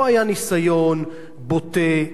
פה היה ניסיון בוטה,